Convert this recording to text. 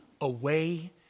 away